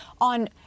on